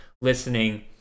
listening